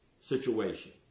situation